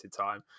time